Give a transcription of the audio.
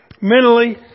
mentally